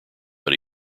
but